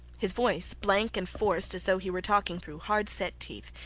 his voice, blank and forced as though he were talking through hard-set teeth,